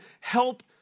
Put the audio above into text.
help